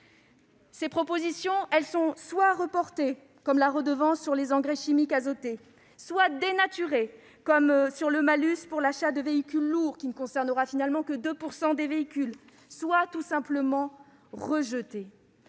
entendus. Elles sont soit reportées, comme l'instauration d'une redevance sur les engrais chimiques azotés, soit dénaturées, comme le malus pour l'achat d'un véhicule lourd, qui ne concernera finalement que 2 % des véhicules, soit tout simplement rejetées.